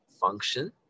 function